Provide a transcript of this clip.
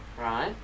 Right